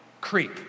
creep